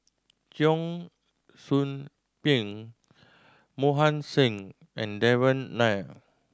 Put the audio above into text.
Cheong Soo Pieng Mohan Singh and Devan Nair